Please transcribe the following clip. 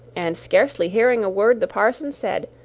and scarcely hearing a word the parson said,